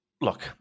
Look